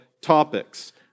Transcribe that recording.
topics